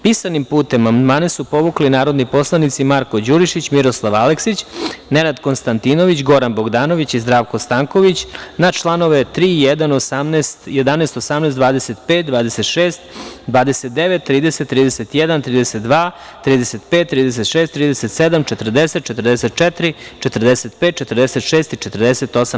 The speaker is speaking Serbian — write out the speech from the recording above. Pisanim putem amandmane su povukli narodni poslanici: Marko Đurišić, Miroslava Aleksić, Nenad Konstantinović, Goran Bogdanović i Zdravko Stanković na čl. 3, 11, 18, 25, 26, 29, 30, 31, 32, 35, 36, 37, 40, 44, 45, 46. i 48.